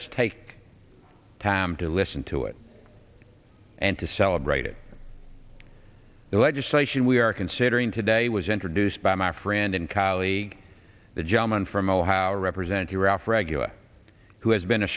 us take time to listen to it and to celebrate it the legislation we are considering today was introduced by my friend and colleague the gentleman from ohio to represent you ralph regular who has been a